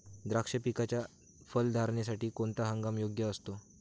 द्राक्ष पिकाच्या फलधारणेसाठी कोणता हंगाम योग्य असतो?